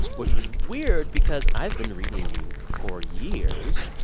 which was weird because i've been reading you for years.